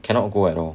cannot go at all